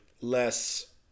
less